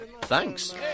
thanks